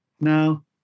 Now